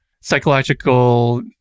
psychological